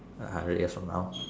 a hundred years from now